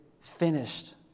finished